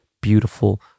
beautiful